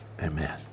amen